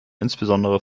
insbesondere